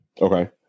Okay